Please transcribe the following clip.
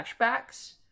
flashbacks